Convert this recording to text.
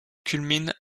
culmine